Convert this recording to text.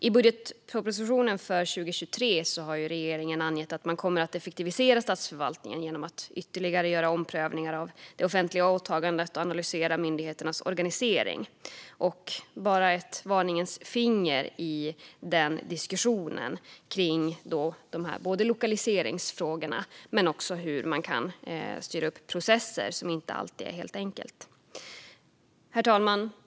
I budgetpropositionen för 2023 har regeringen angett att man kommer att effektivisera statsförvaltningen genom ytterligare omprövning av det offentliga åtagandet och analysera myndigheternas organisering. Jag vill bara lyfta ett varningens finger i diskussionen kring både lokaliseringsfrågorna och frågan om hur man kan styra upp processer, för det är inte alltid helt enkelt. Herr talman!